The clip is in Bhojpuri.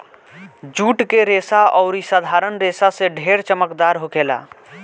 जुट के रेसा अउरी साधारण रेसा से ढेर चमकदार होखेला